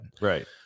Right